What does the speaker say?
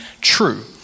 true